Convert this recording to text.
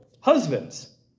Husbands